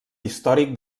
històric